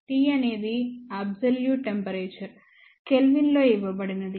T అనేది absolute temperature కెల్విన్లో ఇవ్వబడినది